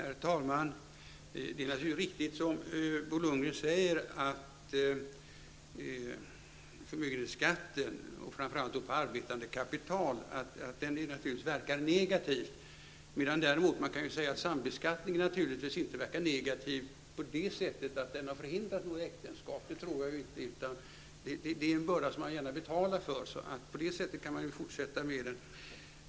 Herr talman! Det är naturligtvis riktigt som Bo Lundgren säger, nämligen att förmögenhetsskatten, framför allt på arbetande kapital, verkar negativt. Däremot kan man säga att sambeskattningen inte verkar negativt på det sättet att den har förhindrat några äktenskap. Det tror jag inte. Det är en börda som man gärna betalar för. På det sättet kan man naturligtvis fortsätta med den.